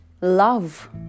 love